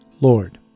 Lord